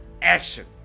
Action